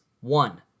One